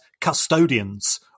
custodians